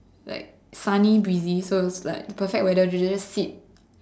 like sunny breezy so it was like perfect weather you know you just sit